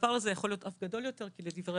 והפער הזה יכול להיות אף גדול יותר כי לדברי